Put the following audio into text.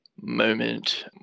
moment